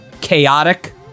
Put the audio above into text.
chaotic